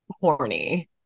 horny